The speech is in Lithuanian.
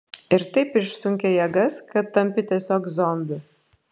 ir taip išsunkia jėgas kad tampi tiesiog zombiu